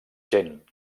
gent